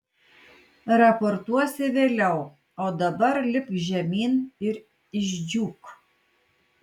raportuosi vėliau o dabar lipk žemyn ir išdžiūk